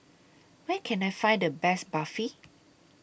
Where Can I Find The Best Barfi